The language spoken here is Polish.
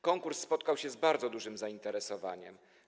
Konkurs spotkał się z bardzo dużym zainteresowaniem.